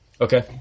Okay